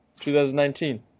2019